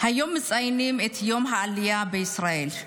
היום מציינים את יום העלייה בישראל.